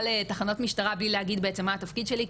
לתחנות משטרה בלי להגיד בעצם מה התפקיד שלי,